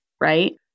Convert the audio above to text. right